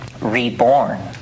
reborn